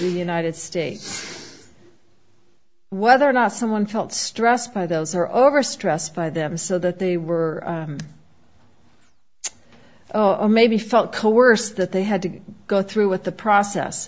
the united states whether or not someone felt stressed by those or overstressed by them so that they were oh maybe felt coerced that they had to go through with the process